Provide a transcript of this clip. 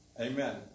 Amen